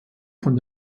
von